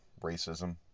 racism